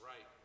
Right